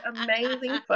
amazing